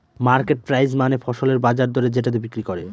market price মানে ফসলের বাজার দরে যেটাতে বিক্রি করে